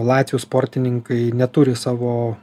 latvių sportininkai neturi savo